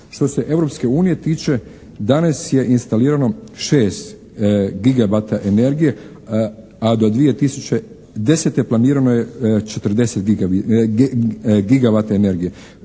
unije tiče danas je instalirano 6 gigavata energije a do 2010. planirano je 40 gigavata energije.